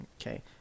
Okay